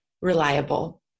reliable